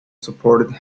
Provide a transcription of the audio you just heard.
supported